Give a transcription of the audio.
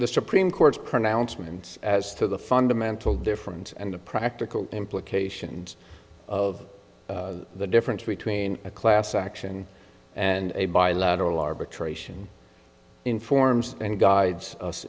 the supreme court's pronouncement as to the fundamental difference and the practical implications of the difference between a class action and a bilateral arbitration informs and guides us